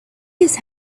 his